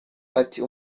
ati